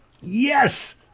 Yes